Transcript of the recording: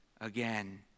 again